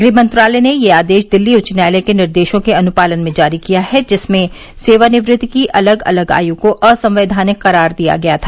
गृह मंत्रालय ने यह आदेश दिल्ली उच्च न्यायालय के निर्देशों के अनुपालन में जारी किया है जिसमें सेवानिवृत्ति की अलग अलग आयु को असंवैघानिक करार दिया गया था